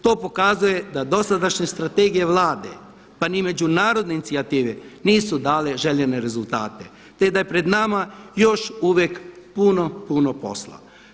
To pokazuje da dosadašnje strategije Vlade, pa niti međunarodne inicijative nisu dale željene rezultate te da je pred nama još uvijek puno, puno posla.